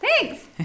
thanks